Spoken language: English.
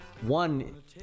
one